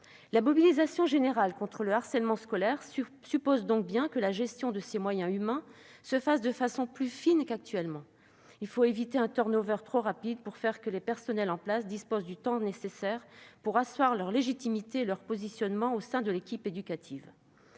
La mobilisation générale contre le harcèlement scolaire suppose donc bien que la gestion de ces moyens humains se fasse de façon plus fine qu'actuellement. Il faut éviter un turn-over trop rapide afin que les personnels en place disposent du temps nécessaire pour asseoir leur légitimité et leur positionnement au sein de l'équipe éducative.